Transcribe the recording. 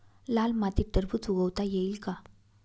लाल मातीत टरबूज उगवता येईल का?